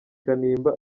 kanimba